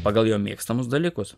pagal jo mėgstamus dalykus